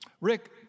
Rick